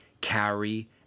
carry